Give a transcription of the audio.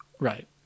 Right